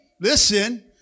listen